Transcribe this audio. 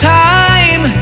time